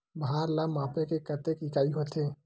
भार ला मापे के कतेक इकाई होथे?